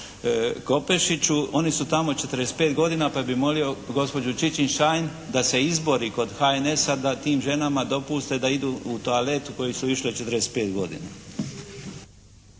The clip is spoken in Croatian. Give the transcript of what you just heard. Kopešiću. Oni su tamo 45 godina pa bih molio gospođu Čičin-Šain da se izbori kod HNS-a da tim ženama dopuste da idu u toalet u koji su išle 45 godina.